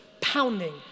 pounding